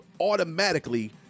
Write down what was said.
automatically